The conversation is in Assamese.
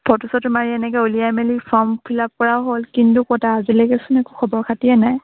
ফটো চটো মাৰি এনেকৈ উলিয়াই মেলি ফৰ্ম ফিল আপ কৰাও হ'ল কিন্তু ক'ত আ আজিলৈকেচোন একো খবৰ খাতিয়ে নাই